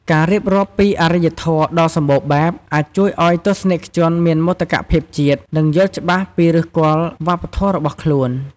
ការរៀបរាប់ពីអរិយធម៌ដ៏សម្បូរបែប អាចជួយឱ្យទស្សនិកជនមានមោទកភាពជាតិ និងយល់ច្បាស់ពីឫសគល់វប្បធម៌របស់ខ្លួន។